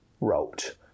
wrote